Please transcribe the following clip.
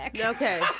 Okay